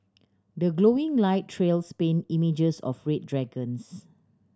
the glowing light trails paint images of red dragons